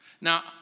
Now